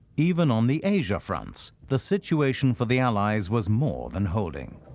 even on the asia fronts, the situation for the allies was more than holding.